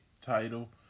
title